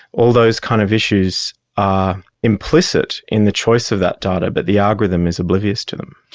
all those kind of issues are implicit in the choice of that data, but the algorithm is oblivious to them.